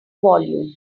volume